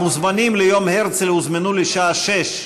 המוזמנים ליום הרצל הוזמנו לשעה 18:00,